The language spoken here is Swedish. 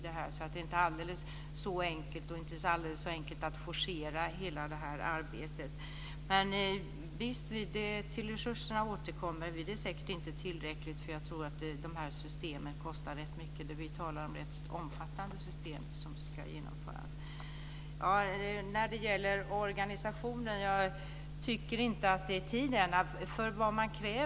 Det är alltså inte så alldeles enkelt att forcera hela detta arbete. Men vi återkommer alltså till resurserna. De är säkert inte tillräckliga, eftersom de här systemen kostar rätt mycket. Vi talar ju om omfattande system som ska genomföras. När det gäller organisationen så tycker jag inte att tiden är inne för detta.